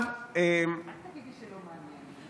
אל תגידי שלא מעניין.